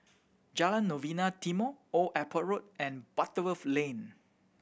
Jalan Novena Timor Old Airport Road and Butterworth Lane